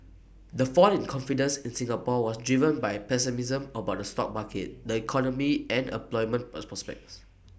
the fall in confidence in Singapore was driven by pessimism about the stock market the economy and employment pro prospects